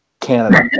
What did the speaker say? Canada